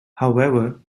however